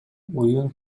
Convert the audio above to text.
үйүн